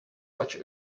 such